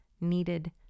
needed